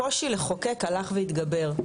הקושי לחוקק הלך והתגבר,